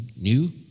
new